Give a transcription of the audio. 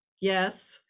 yes